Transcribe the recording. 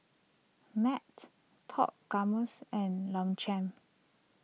mat Top Gourmets and Longchamp